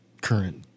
current